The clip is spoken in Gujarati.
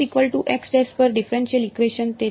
xx' પર ડિફરેનશીયલ ઇકવેશન